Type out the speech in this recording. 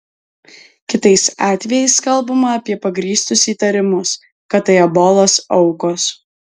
kitais atvejais kalbama apie pagrįstus įtarimus kad tai ebolos aukos